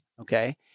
okay